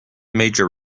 major